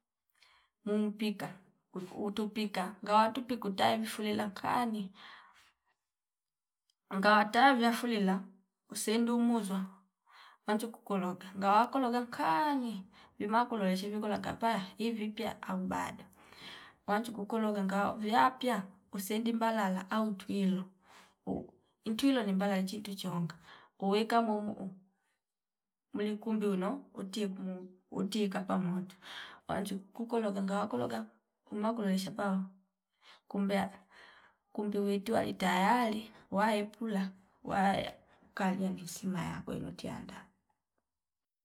Muum pika uu- uutu pika ngawa tupi kutaifulila nkani ngata vya fulila usendi muuzwa anju kukologa ngawa nkologa nkanyi vima kulowshi viko kalapaya ivipya au bado wanju kukologa ngawa viyapya usendi mbalala au twilo nkilo ni mbala chintu choonga uweka mumuu uu mlikumbiuno uti kuumu uti kapa moto wanjuu kukologa ngawa kologa uma kolowesha pao kumbe, kumbe witua li tayali waepula wa kalia mesimaya kwemitianda